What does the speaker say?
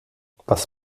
was